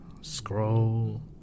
scroll